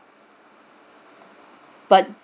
but